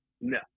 No